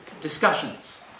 discussions